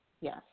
yes